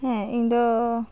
ᱦᱮᱸ ᱤᱧᱫᱚ